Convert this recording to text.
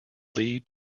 lead